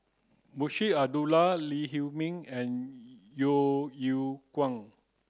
Munshi Abdullah Lee Huei Min and Yeo Yeow Kwang